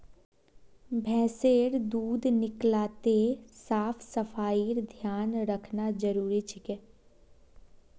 भैंसेर दूध निकलाते साफ सफाईर ध्यान रखना जरूरी छिके